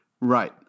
Right